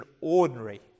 ordinary